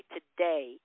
Today